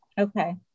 Okay